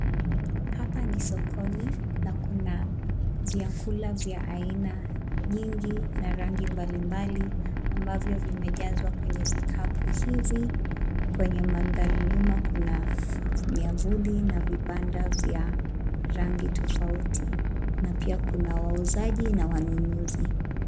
Hapa ni sokoni na kuna vyakula vya aina nyingi na rangi mbalimbali ambavyo vimejazwa kwenye vikapu hizi. Kwenye mandhari nyuma kuna miavuli na vibanda vya rangi tofauti na pia kuna wauzaji na wanunuzi.